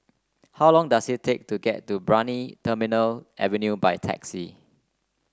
how long does it take to get to Brani Terminal Avenue by taxi